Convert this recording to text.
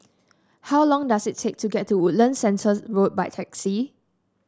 how long does it take to get to Woodlands Centre Road by taxi